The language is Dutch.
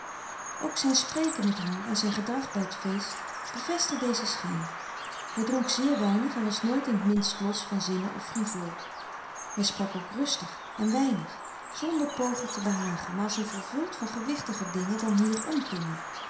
ook zijn spreken met haar en zijn gedrag bij t feest bevestte dezen schijn hij dronk zeer weinig en was nooit in t minst los van zinnen of frivool hij sprak ook rustig en weinig zonder pogen te behagen maar als een vervuld van gewichtiger dingen dan hier omgingen